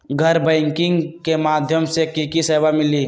गैर बैंकिंग के माध्यम से की की सेवा मिली?